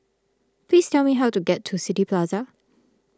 please tell me how to get to City Plaza